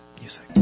music